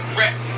rest